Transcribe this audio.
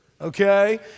okay